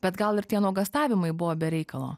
bet gal ir tie nuogąstavimai buvo be reikalo